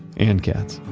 and cats